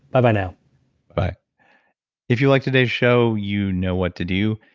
bye-bye now bye if you liked today's show, you know what to do.